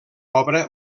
obra